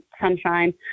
sunshine